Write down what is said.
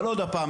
אבל עוד פעם,